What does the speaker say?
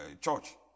church